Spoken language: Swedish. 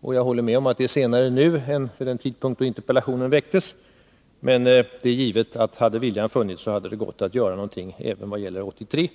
och jag håller med om att det är senare nu än vid den tidpunkt när interpellationen framställdes. Men hade viljan funnits är det givet att det hade gått att göra någonting även för 1983.